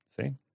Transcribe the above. See